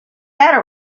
matter